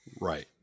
right